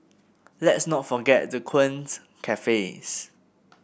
let's not forget the quaint cafes